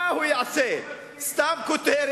מה הוא יעשה, סתם כותרת?